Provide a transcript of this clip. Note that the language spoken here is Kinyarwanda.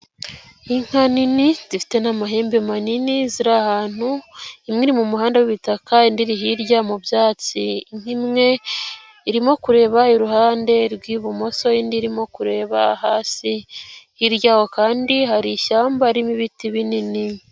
Inka nini zifite n'amahembe manini ziri ahantu, imwe iri mu muhanda w'ibitaka indi iri hirya mu byatsi, inka imwe irimo kureba iruhande rw'ibumoso indi irimo kureba hasi, hirya y'aho kandi hari ishyamba ririmo ibiti binini.